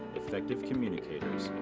effective communicators,